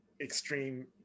extreme